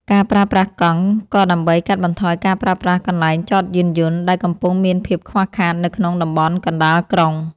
ការប្រើប្រាស់កង់ ក៏ដើម្បីកាត់បន្ថយការប្រើប្រាស់កន្លែងចតយានយន្ត ដែលកំពុងមានភាពខ្វះខាតនៅក្នុងតំបន់កណ្ដាលក្រុង។